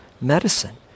medicine